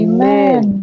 Amen